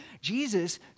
Jesus